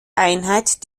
einheit